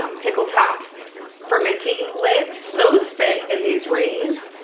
um pickle top fermenting lids. those fit in these rings.